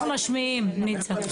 אנחנו משמיעים, ניצה.